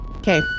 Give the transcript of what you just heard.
Okay